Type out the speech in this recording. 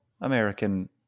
American